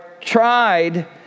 tried